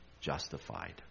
justified